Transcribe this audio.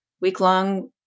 week-long